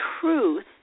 truth